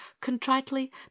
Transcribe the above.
Contritely